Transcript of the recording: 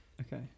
Okay